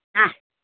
हा